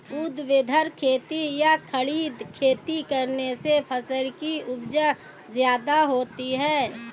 ऊर्ध्वाधर खेती या खड़ी खेती करने से फसल की उपज ज्यादा होती है